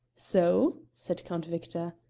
so? said count victor.